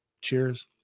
cheers